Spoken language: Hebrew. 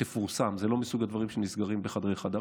שתפורסם, זה לא מסוג הדברים שנסגרים בחדרי-חדרים.